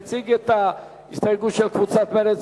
יציג את ההסתייגות של קבוצת מרצ